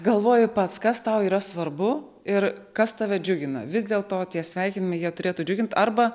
galvoji pats kas tau yra svarbu ir kas tave džiugina vis dėlto tie sveikinimai jie turėtų džiugint arba